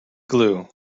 glue